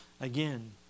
Again